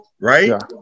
right